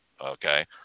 okay